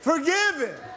Forgiven